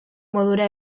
modura